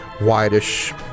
whitish